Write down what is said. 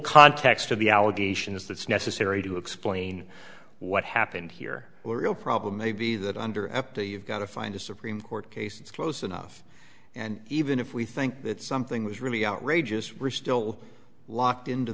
context of the allegations that's necessary to explain what happened here or real problem may be that under after you've got to find a supreme court case it's close enough and even if we think that something was really outrageous we're still locked into